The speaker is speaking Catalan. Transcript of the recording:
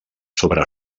sobre